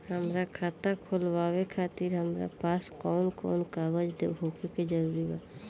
हमार खाता खोलवावे खातिर हमरा पास कऊन कऊन कागज होखल जरूरी बा?